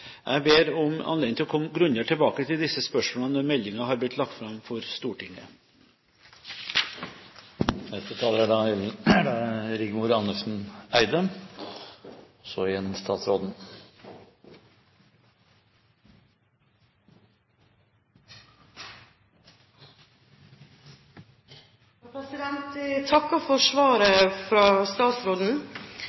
Jeg ber om anledning til å komme grundigere tilbake til disse spørsmålene når meldingen har blitt lagt fram for Stortinget. Jeg takker for svaret